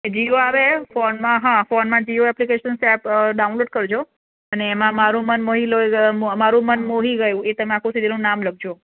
જીઓ આવે ફોનમાં ફોનમાં જીઓ એપ્લિકેશન્સ એપ ડાઉનલોડ કરજો અને એમાં મારું મન મોહી મારું મન મોહી ગયું એ આખું તમે સિરિયલનું નામ લખજો